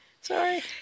Sorry